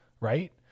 right